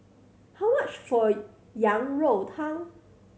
how much for Yang Rou Tang